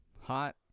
hot